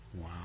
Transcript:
Wow